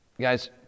guys